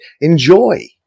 Enjoy